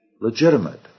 legitimate